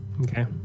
Okay